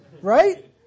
Right